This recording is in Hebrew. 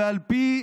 ועל פי